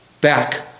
back